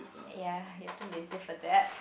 ya you're too lazy for that